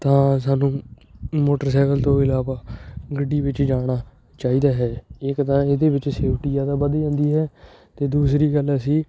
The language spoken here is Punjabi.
ਤਾਂ ਸਾਨੂੰ ਮੋਟਰਸਾਈਕਲ ਤੋਂ ਇਲਾਵਾ ਗੱਡੀ ਵਿੱਚ ਜਾਣਾ ਚਾਹੀਦਾ ਹੈ ਇੱਕ ਤਾਂ ਇਹਦੇ ਵਿੱਚ ਸੇਫਟੀ ਜ਼ਿਆਦਾ ਵੱਧ ਜਾਂਦੀ ਹੈ ਅਤੇ ਦੂਸਰੀ ਗੱਲ ਅਸੀਂ